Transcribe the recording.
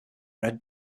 red